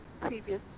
previous